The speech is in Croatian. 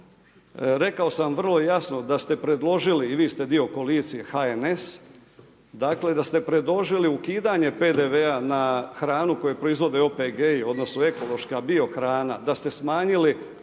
rekao sam vrlo jasno da ste predložili i vi ste dio koalicije HNS, dakle da ste predložili ukidanje PDV-a na hranu koju proizvode OPG-i odnosno ekološka biohrana, da ste smanjili